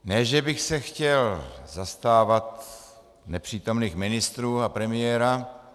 Ne že bych se chtěl zastávat nepřítomných ministrů a premiéra.